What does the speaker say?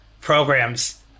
programs